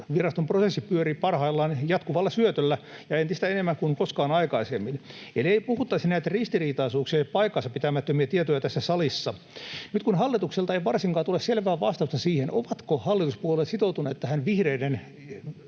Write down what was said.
prosessi pyörii parhaillaan jatkuvalla syötöllä ja enemmän kuin koskaan aikaisemmin. Eli ei puhuttaisi näitä ristiriitaisuuksia ja paikkansapitämättömiä tietoja tässä salissa. Nyt kun hallitukselta ei varsinkaan tule selvää vastausta siihen, ovatko hallituspuolueet sitoutuneet tähän vihreiden